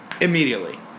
immediately